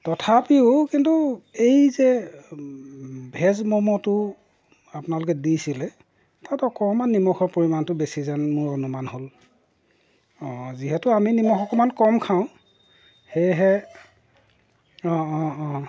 তথাপিও কিন্তু এই যে ভেজ ম'ম'টো আপোনালোকে দিছিলে তাত অকণমাণ নিমখৰ পৰিমাণটো বেছি যেন মোৰ অনুমান হ'ল অঁ যিহেতু আমি নিমখ অকণমান কম খাওঁ সেয়েহে অঁ অঁ অঁ